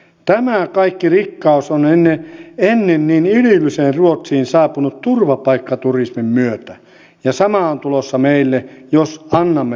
tämä kaikki rikkaus on ennen niin idylliseen ruotsiin saapunut turvapaikkaturismin myötä ja sama on tulossa meille jos annamme sen tapahtua